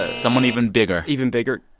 ah someone even bigger even bigger?